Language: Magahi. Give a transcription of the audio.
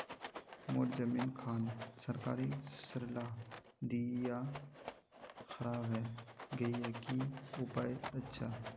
मोर जमीन खान सरकारी सरला दीया खराब है गहिये की उपाय अच्छा?